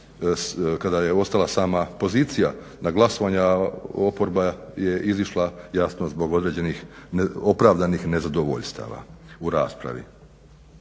kada je ostala sama pozicija na glasovanju a oporba je izišla jasno zbog određenih opravdanih nezadovoljstava u raspravi.